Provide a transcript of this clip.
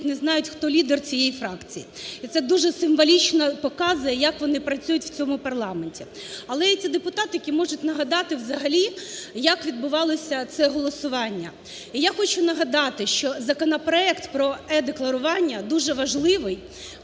не знають хто лідер цієї фракції. І це дуже символічно показує як вони працюють в цьому парламенті. Але є ті депутати, які можуть нагадати взагалі як відбувалося це голосування. І я хочу нагадати, що законопроект про е-декларування дуже важливий,